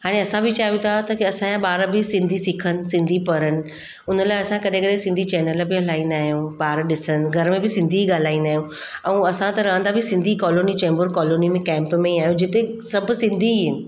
हाणे असां बि चाहियूं था त की असांजा ॿार बि सिंधी सिखनि सिंधी पढ़नि उन लाइ असां कॾहिं कॾहिं सिंधी चैनल बि हलाईंदा आहियूं ॿार ॾिसनि घर में बि सिंधी ई ॻाल्हाईंदा आहियूं ऐं असां त रहंदा बि सिंधी कॉलोनी चैंबूर कॉलोनी में कैंप में ई आहियूं जिते सभु सिंधी ई आहिनि